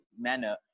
manner